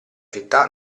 città